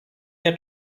nie